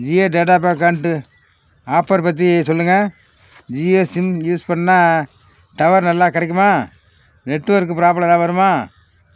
Jio data pack and offer பற்றி சொல்லுங்கள் Jio sim use பண்ணால் டவர் நல்லா கிடைக்குமா நெட் ஒர்க் ப்ராப்ளம் எதாவது வருமா